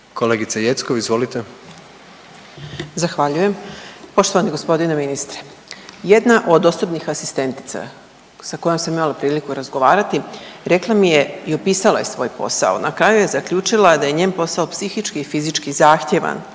Dragana (SDSS)** Zahvaljujem. Poštovani gospodine ministre, jedna od osobnih asistentica sa kojom sam imala priliku razgovarati rekla mi je i opisala je svoj posao, ona kaže zaključila je da je njen posao psihički i fizički zahtjeva,